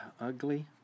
ugly